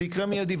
זה יקרה מידי.